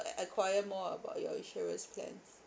en~ enquire more about your insurance plans